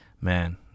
Man